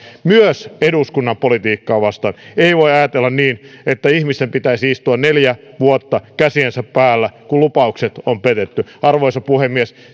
myös eduskunnan politiikkaa vastaan ei voi ajatella niin että ihmisten pitäisi istua neljä vuotta käsiensä päällä kun lupaukset on petetty arvoisa puhemies